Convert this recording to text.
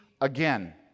again